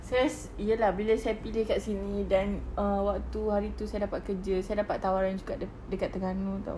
first ya lah bila saya pilih kat sini then err waktu hari itu saya dapat kerja saya dapat tawaran juga dekat terengganu tahu